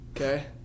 okay